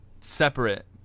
separate